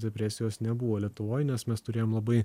depresijos nebuvo lietuvoj nes mes turėjom labai